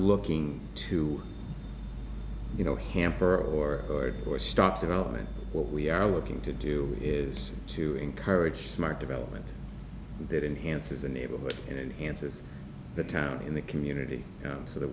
looking to you know hamper or or stop development what we are looking to do is to encourage smart development that enhances a neighborhood and answers the town in the community so that